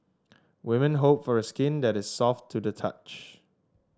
women hope for skin that is soft to the touch